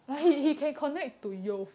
why